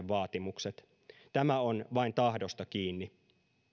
vaatimukset tämä on vain tahdosta kiinni